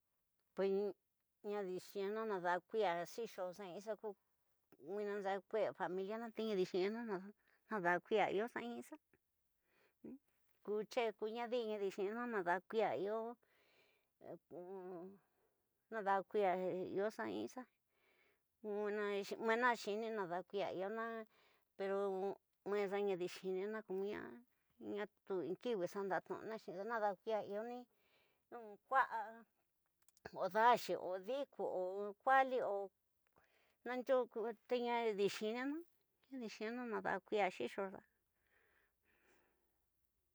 Pues ñadi xinina nada kuia xixoxi in inxa ko nwina nga ku'e familiana ñadi xinina nada kuia xi xoxi in inxa, ku ndee ko nadini. Nadi xinina nada kuia iyo, nada kuia iyoxa inixa nwena. Xinina nada kuia iyona pero nwexa nadi xinina, komo na ñna tyunkiw xa ndi ñnuni nxi nada kuia. Tyuni kua o taxi o diku o kwali nayu ko nadi xinina, nada xinina nada kuia xixoxa.